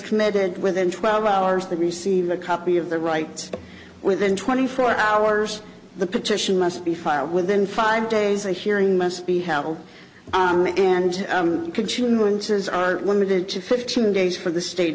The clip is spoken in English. committed within twelve hours they receive a copy of their rights within twenty four hours the petition must be filed within five days a hearing must be held on me and winters are limited to fifteen days for the state